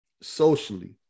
socially